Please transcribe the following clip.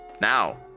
Now